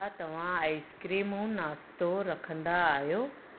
छा तव्हां आइसक्रीमूं नाश्तो रखंदा आहियो